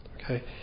Okay